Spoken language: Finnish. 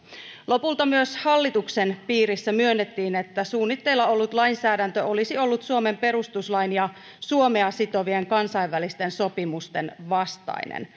lopulta myös hallituksen piirissä myönnettiin että suunnitteilla ollut lainsäädäntö olisi ollut suomen perustuslain ja suomea sitovien kansainvälisten sopimusten vastainen